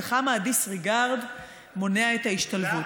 בכמה ה- disregard מונע את ההשתלבות.